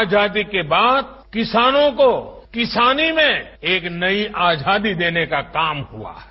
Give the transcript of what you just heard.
आजादी के बाद किसानों को किसानी में एक नई आजादी देने का काम हुआ है